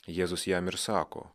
jėzus jam ir sako